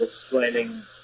explaining